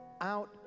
out